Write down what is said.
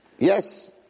Yes